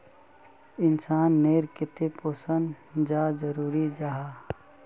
इंसान नेर केते पोषण चाँ जरूरी जाहा?